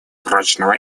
прочного